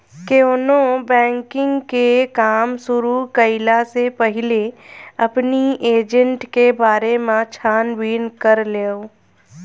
केवनो बैंकिंग के काम शुरू कईला से पहिले अपनी एजेंट के बारे में छानबीन कर लअ